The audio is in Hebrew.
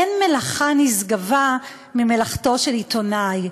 אין מלאכה נשגבה ממלאכתו של עיתונאי,